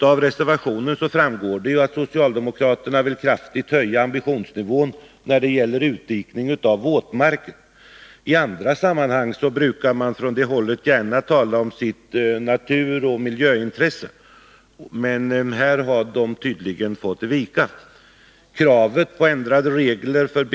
Av reservationen framgår Nr 107 det att socialdemokraterna vill kraftigt höja ambitionsnivån när det gäller Torsdagen den utdikning av våtmarker. I andra sammanhang brukar man från det hållet 25 mars 1982 gärna tala om sina naturoch miljöintressen, men här har dessa tydligen fått ge vika.